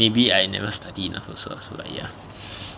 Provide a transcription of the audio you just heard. maybe I never study enough also so ya